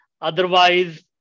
Otherwise